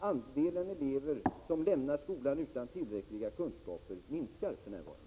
Andelen elever som lämnar skolan utan tillräckliga kunskaper minskar för närvarande.